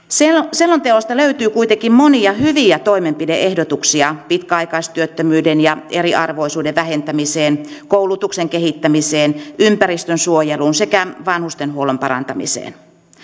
selonteosta löytyy kuitenkin monia hyviä toimenpide ehdotuksia pitkäaikaistyöttömyyden ja eriarvoisuuden vähentämiseen koulutuksen kehittämiseen ympäristönsuojeluun sekä vanhustenhuollon parantamiseen